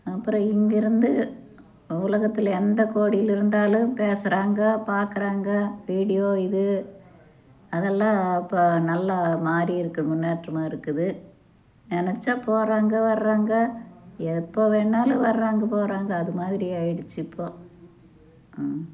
அப்புறோம் இங்கிருந்து உலகத்தில் எந்த கோடியில் இருந்தாலும் பேசுறாங்க பார்க்கறாங்க வீடியோ இது அதெல்லாம் இப்போ நல்லா மாறி இருக்குது முன்னேற்றமா இருக்குது நினச்சா போகிறாங்க வர்றாங்க எப்போது வேணாலும் வர்றாங்க போகிறாங்க அது மாதிரி ஆயிடுச்சு இப்போது